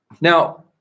Now